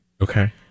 Okay